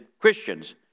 Christians